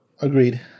Agreed